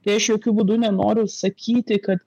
tai aš jokiu būdu nenoriu sakyti kad